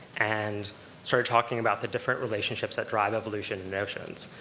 and started talking about the different relationships that drive evolution in oceans.